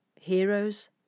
heroes